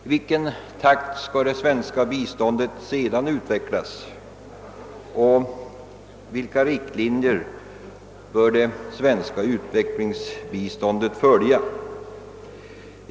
I vilken takt skall det svenska biståndet sedan utvecklas och vilka riktlinjer bör det svenska utvecklingsbiståndet följa?